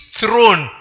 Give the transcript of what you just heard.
throne